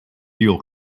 fuel